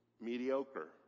Mediocre